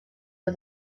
for